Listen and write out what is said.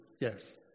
Yes